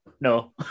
no